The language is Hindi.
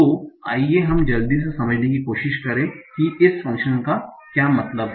तो आइए हम जल्दी से समझने की कोशिश करें कि इस फ़ंक्शन का क्या मतलब है